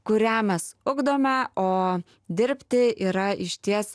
kurią mes ugdome o dirbti yra išties